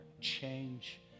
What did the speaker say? change